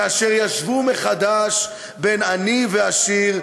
כאשר ישוו מחדש עני ועשיר,